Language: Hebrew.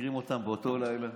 וחוקרים אותם באותו לילה,